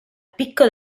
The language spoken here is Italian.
picco